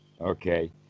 okay